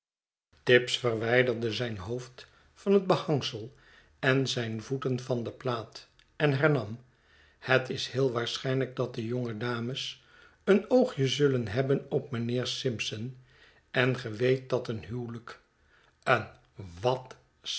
tibbs verwijderde zijn hoofd van hetbehangsel en zijn voeten van de plaat en hernam het is heel waarschijnlijk dat de jonge dames een oogje zullen hebben op mijnheer simpson en ge weet dat een huwelijk een wat